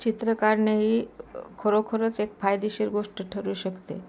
चित्र काढणे ही खरोखरच एक फायदेशीर गोष्ट ठरू शकते